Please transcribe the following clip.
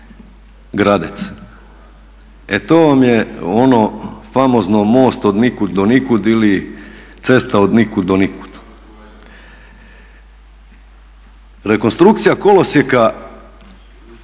E to vam je ono famozno most od nikud do nikud ili cesta od nikud do nikud. Rekonstrukcija kolosijeka